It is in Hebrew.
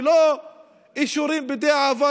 ולא אישורים בדיעבד,